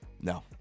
No